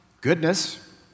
Goodness